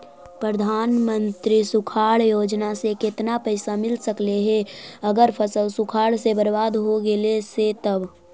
प्रधानमंत्री सुखाड़ योजना से केतना पैसा मिल सकले हे अगर फसल सुखाड़ से बर्बाद हो गेले से तब?